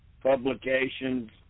publications